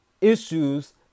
issues